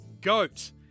GOAT